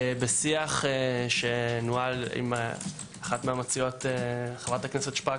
בשיח שנוהל עם אחת מהמציעות חברת הכנסת שפק,